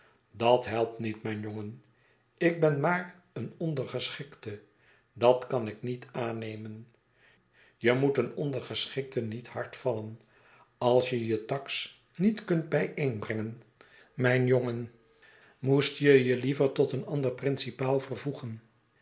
dat helpt niet mijn jongen ik ben maar een ondergeschikte dat kan ik niet aannemen je moet een ondergeschikte niet hard vallen als je je taks niet kunt bijeenbrengen mijn jongen moest je je liever tot een ander principaal vervoegen